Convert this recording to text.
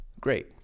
Great